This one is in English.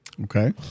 Okay